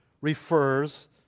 refers